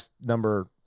number